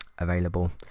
available